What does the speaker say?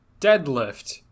deadlift